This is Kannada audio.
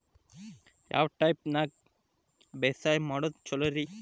ಯಾವ ಟೈಪ್ ನ್ಯಾಗ ಬ್ಯಾಸಾಯಾ ಮಾಡೊದ್ ಛಲೋರಿ?